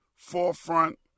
Forefront